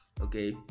Okay